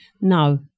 No